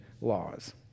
laws